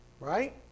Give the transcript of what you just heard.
right